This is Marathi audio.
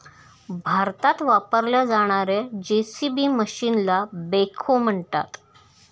भारतात वापरल्या जाणार्या जे.सी.बी मशीनला बेखो म्हणतात